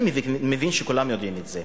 אני מבין שכולם יודעים את זה.